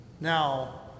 Now